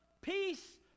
peace